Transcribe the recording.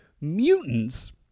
Mutants